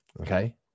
okay